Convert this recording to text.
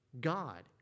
God